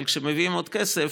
אבל כשמביאים עוד כסף,